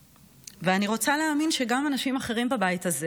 ואני רוצה להאמין שגם אנשים אחרים בבית הזה